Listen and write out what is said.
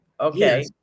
Okay